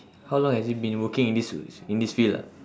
how long has he been working in this in this field lah